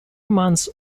months